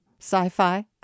sci-fi